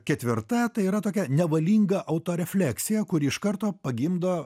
ketvirta tai yra tokia nevalinga auto refleksija kuri iš karto pagimdo